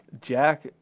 Jack